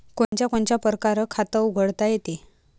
कोनच्या कोनच्या परकारं खात उघडता येते?